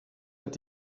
hat